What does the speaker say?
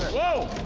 whoa.